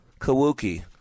Kawuki